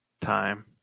time